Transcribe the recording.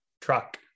truck